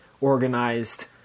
organized